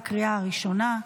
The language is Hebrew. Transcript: בקריאה הראשונה.